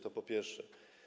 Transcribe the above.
To po pierwsze.